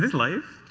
life?